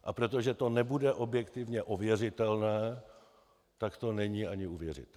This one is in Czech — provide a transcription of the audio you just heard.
A protože to nebude objektivně ověřitelné, tak to není ani uvěřitelné.